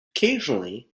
occasionally